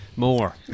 More